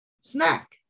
snack